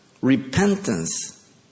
repentance